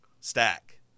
Stack